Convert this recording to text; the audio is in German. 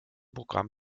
programm